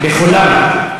בחולם.